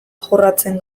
jorratzen